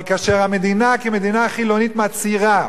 אבל כאשר המדינה כמדינה חילונית מצהירה